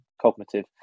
cognitive